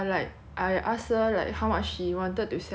ya like I ask her like how much she wanted to sell me then